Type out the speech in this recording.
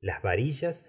las varillas